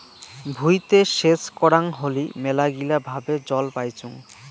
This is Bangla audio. ভুঁইতে সেচ করাং হলি মেলাগিলা ভাবে জল পাইচুঙ